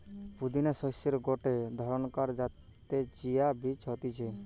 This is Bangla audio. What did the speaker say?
পুদিনা শস্যের গটে ধরণকার যাতে চিয়া বীজ হতিছে